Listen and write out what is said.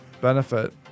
benefit